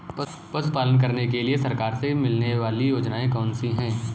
पशु पालन करने के लिए सरकार से मिलने वाली योजनाएँ कौन कौन सी हैं?